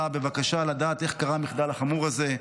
בבקשה לדעת איך קרה המחדל החמור הזה,